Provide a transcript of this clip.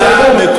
כהצעה לסדר-היום.